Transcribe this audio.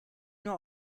nur